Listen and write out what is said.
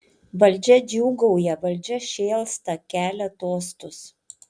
valdžia džiūgauja valdžia šėlsta kelia tostus